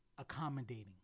accommodating